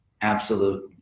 Absolute